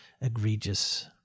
egregious